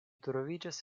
troviĝas